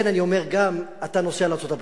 אתה נוסע לארצות-הברית,